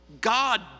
God